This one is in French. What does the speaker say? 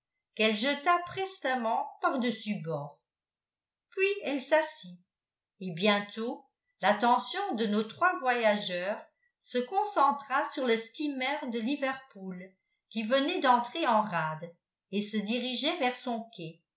qu'elle jeta prestement par dessus bord puis elle s'assit et bientôt l'attention de nos trois voyageurs se concentra sur le steamer de liverpool qui venait d'entrer en rade et se dirigeait vers son quai